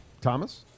Thomas